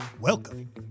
Welcome